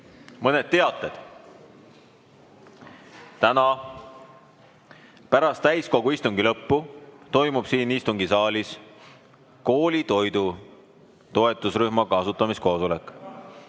Mõned teated. Täna pärast täiskogu istungi lõppu toimub siin istungisaalis koolitoidu toetusrühma asutamiskoosolek.